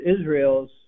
Israel's